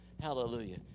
Hallelujah